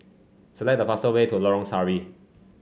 select the faster way to Lorong Sari